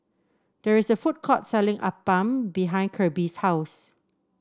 there is a food court selling appam behind Kirby's house